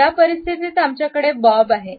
या परिस्थितीत आमच्याकडे बॉब आहे